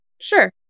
sure